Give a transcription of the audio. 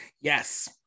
Yes